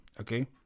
okay